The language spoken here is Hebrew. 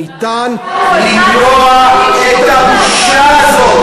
ניתן למנוע את הבושה הזאת,